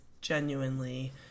genuinely